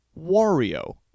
Wario